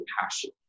passion